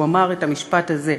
הוא אמר את המשפט הזה: